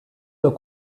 nur